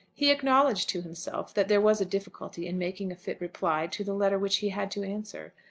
he acknowledged to himself that there was a difficulty in making a fit reply to the letter which he had to answer.